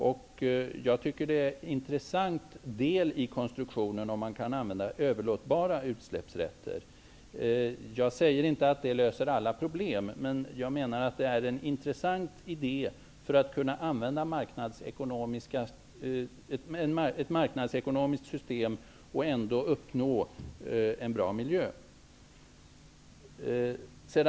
Det är en intressant del i konstruktionen, om man kan använda överlåtbara utsläppsrätter. Jag säger inte att det löser alla problem, men det är en intressant idé för att kunna använda ett marknadsekonomiskt system och ändå uppnå en bra miljö.